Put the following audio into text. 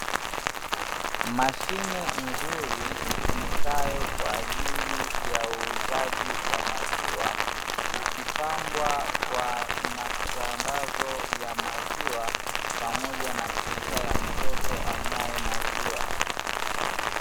Mashine nzuri itumikayo kwa ajili ya uuzaji wa maziwa, ikipambwa kwa matangazo ya maziwa pamoja na picha ya mtoto anywaye maziwa.